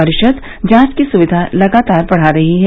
परिषद जांच की सुविधा लगातार बढ़ा रही है